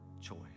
choice